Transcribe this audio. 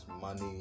money